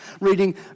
reading